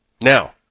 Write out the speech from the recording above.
Now